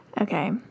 okay